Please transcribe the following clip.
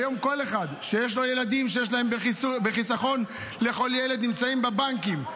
היום כל אחד שיש לו ילדים שיש להם "חיסכון לכל ילד" נמצאים בבנקים.